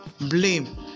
blame